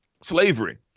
slavery